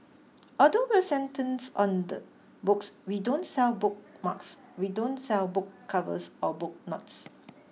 although we're centres on the books we don't sell bookmarks we don't sell book covers or bookmarks